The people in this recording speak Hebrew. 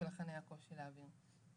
ולכן היה קושי להעביר.